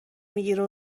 میگیره